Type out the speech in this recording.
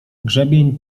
grzebień